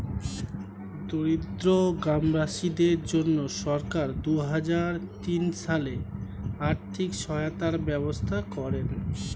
দরিদ্র গ্রামবাসীদের জন্য সরকার দুহাজার তিন সালে আর্থিক সহায়তার ব্যবস্থা করেন